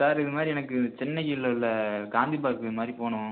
sir இது மாதிரி எனக்கு சென்னையில் உள்ள காந்தி பார்க் இது மாதிரி போகணும்